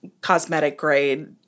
cosmetic-grade